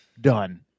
done